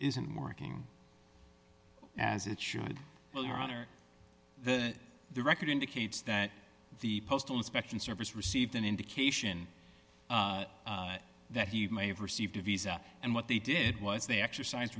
isn't working as it should well your honor the the record indicates that the postal inspection service received an indication that he may have received a visa and what they did was they exercise